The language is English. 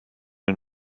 and